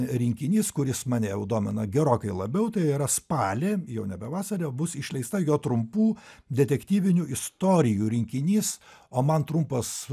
rinkinys kuris mane jau domina gerokai labiau tai yra spalį jau nebe vasara bus išleista jo trumpų detektyvinių istorijų rinkinys o man trumpos